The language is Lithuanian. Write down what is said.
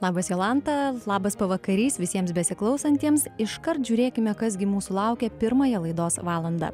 labas jolanta labas pavakarys visiems besiklausantiems iškart žiūrėkime kas gi mūsų laukia pirmąją laidos valandą